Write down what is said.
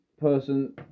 person